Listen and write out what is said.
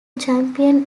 champion